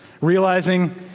realizing